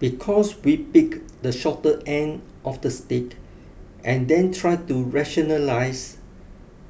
because we picked the shorter end of the stick and then tried to rationalise